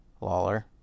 Lawler